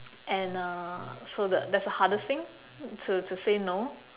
and uh so the that's the hardest thing to to say no